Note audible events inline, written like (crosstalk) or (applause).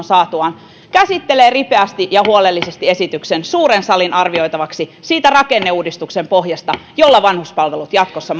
(unintelligible) saatuaan käsittelee ripeästi ja huolellisesti esityksen suuren salin arvioitavaksi siltä rakenneuudistuksen pohjalta jolta vanhuspalvelut jatkossa (unintelligible)